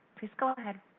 please go ahead.